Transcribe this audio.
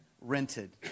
rented